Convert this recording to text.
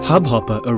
Hubhopper